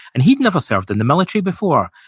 and he'd never served in the military before,